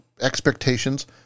expectations